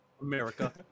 America